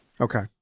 Okay